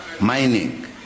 mining